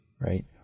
right